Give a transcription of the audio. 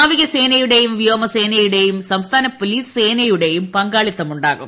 നാവിക സേനയുടെയും വ്യോമസേനയുടെയും സംസ്ഥാന പോലീസ് സേനയുടേയും പങ്കാളിത്തവും ഉണ്ടാകും